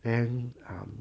and um